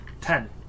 Ten